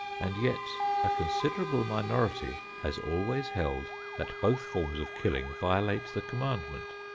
and yet a considerable minority has always held that both forms of killing violate the commandment.